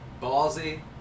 ballsy